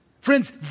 Friends